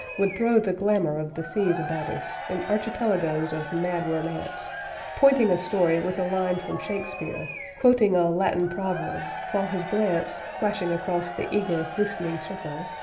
would throw the glamor of the seas about us in archipelagoes of mad romance pointing a story with a line from shakespeare, quoting a latin proverb while his glance, flashing across the eager, listening circle,